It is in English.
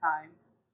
times